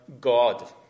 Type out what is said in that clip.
God